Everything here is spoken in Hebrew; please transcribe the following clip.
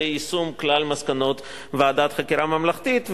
של יישום כלל מסקנות ועדת החקירה הממלכתית.